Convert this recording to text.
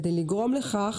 כדי לגרום לכך,